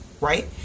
right